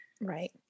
right